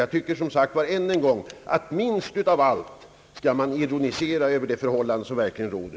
Jag tycker som sagt att man minst av allt skall ironisera över de förhållanden som nu verkligen råder.